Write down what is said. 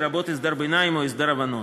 לרבות הסדר ביניים או הסדר הבנות.